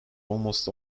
almost